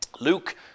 Luke